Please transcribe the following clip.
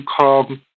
come